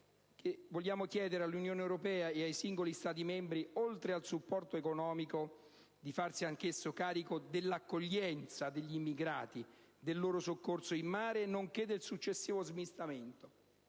vogliamo chiedere all'Unione europea e ai singoli Stati membri, oltre al supporto economico, di farsi anche carico dell'accoglienza degli immigrati, del loro soccorso in mare, nonché del successivo smistamento.